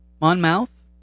Monmouth